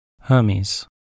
Hermes